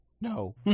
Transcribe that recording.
No